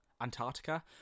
Antarctica